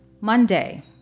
Monday